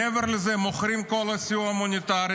מעבר לזה, הם מוכרים את כל הסיוע ההומניטרי.